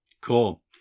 Cool